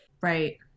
Right